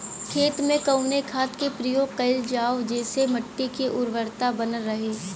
खेत में कवने खाद्य के प्रयोग कइल जाव जेसे मिट्टी के उर्वरता बनल रहे?